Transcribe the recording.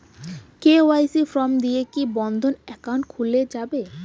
KYC form দিয়ে কি বন্ধ একাউন্ট খুলে যাবে?